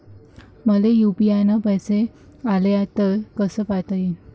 मले यू.पी.आय न पैसे आले, ते कसे पायता येईन?